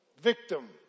Victim